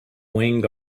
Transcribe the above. wing